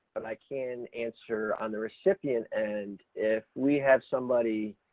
but i can answer on the recipient end. if we have somebody